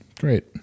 great